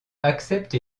accepte